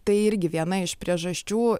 tai irgi viena iš priežasčių